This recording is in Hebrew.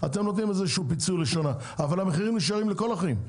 אתם נותנים איזשהו פיצוי לשנה ,אבל המחירים נשארים לכל החיים,